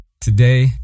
today